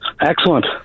Excellent